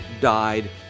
died